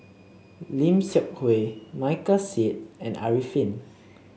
Lim Seok Hui Michael Seet and Arifin